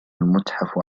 المتحف